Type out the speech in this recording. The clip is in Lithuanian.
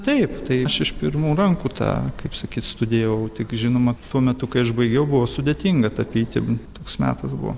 taip tai aš iš pirmų rankų tą kaip sakyt studijavau tik žinoma tuo metu kai aš baigiau buvo sudėtinga tapyti toks metas buvo